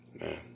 man